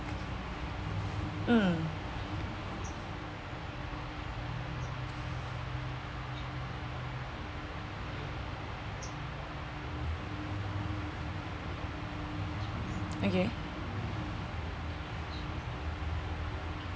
um okay